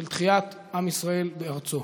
של תחיית עם ישראל בארצו.